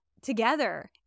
together